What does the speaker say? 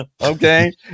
okay